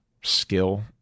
skill